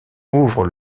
ouvre